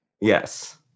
Yes